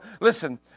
Listen